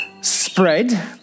spread